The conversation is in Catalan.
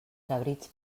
cabrits